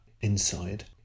inside